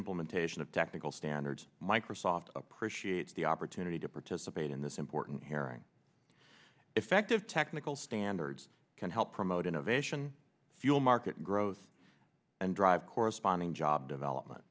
implementation of technical standards microsoft appreciates the opportunity to participate in this important hearing effective technical standards can help promote innovation fuel market growth and drive corresponding job development